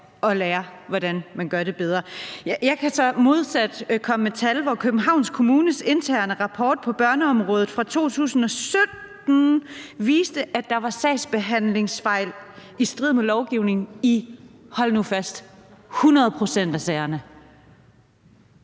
kan lære, hvordan man gør det bedre. Jeg kan så modsat komme med tal, hvor Københavns Kommunes interne rapport på børneområdet for 2017 viste, at der var sagsbehandlingsfejl i strid med lovgivningen i – hold nu fast – 100 pct. af sagerne.